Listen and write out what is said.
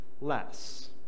less